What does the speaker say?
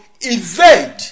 evade